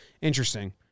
Interesting